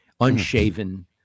unshaven